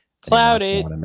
Clouded